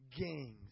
Gangs